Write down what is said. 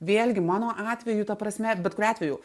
vėlgi mano atveju ta prasme bet kuriuo atveju